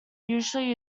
usually